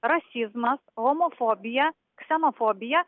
rasizmas homofobija ksenofobija